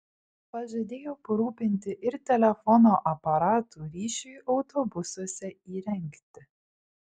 pažadėjo parūpinti ir telefono aparatų ryšiui autobusuose įrengti